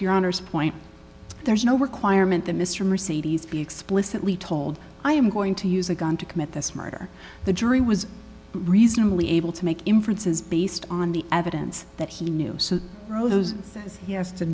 your honor's point there's no requirement that mr mercedes be explicitly told i am going to use a gun to commit this murder the jury was reasonably able to make inferences based on the evidence that he knew so rose says he has to